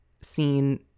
seen